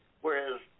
whereas